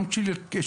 גם של הכיבוי,